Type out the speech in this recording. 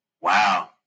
Wow